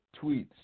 tweets